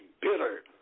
bitter